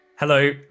Hello